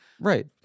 Right